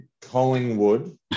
Collingwood